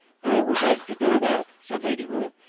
i should like to do that said lady ruth,